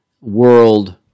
world